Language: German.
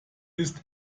ist